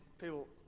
people